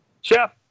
Chef